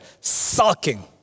sulking